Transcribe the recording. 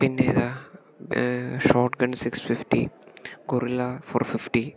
പിന്നെയേതാണ് shotgun six fifty gorilla four fifty